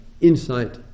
insight